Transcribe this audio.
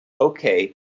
okay